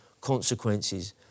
consequences